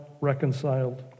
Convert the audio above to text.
reconciled